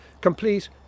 complete